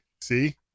See